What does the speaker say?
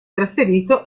trasferito